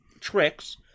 tricks